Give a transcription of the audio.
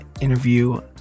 interview